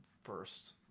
first